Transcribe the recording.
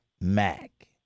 Mac